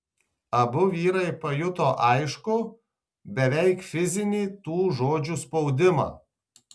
abu vyrai pajuto aiškų beveik fizinį tų žodžių spaudimą